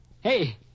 Hey